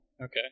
Okay